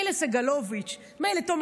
מילא סגלוביץ',